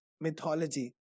mythology